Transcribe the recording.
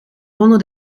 ronde